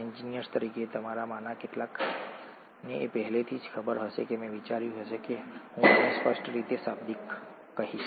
engineers તરીકે તમારામાંના કેટલાકને આ પહેલેથી જ ખબsubstrateર હશે મેં વિચાર્યું હતું કે હું આને સ્પષ્ટ રીતે શાબ્દિક કહીશ